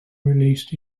released